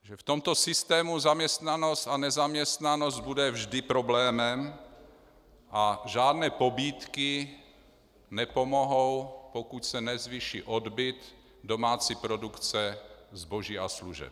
Že v tomto systému zaměstnanost a nezaměstnanost bude vždy problémem a žádné pobídky nepomohou, pokud se nezvýší odbyt domácí produkce zboží a služeb.